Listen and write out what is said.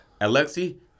Alexi